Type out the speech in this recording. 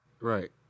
Right